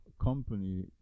company